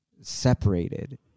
separated